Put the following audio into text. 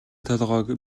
толгойг